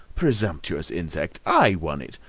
presumptuous insect! i won it.